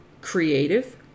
creative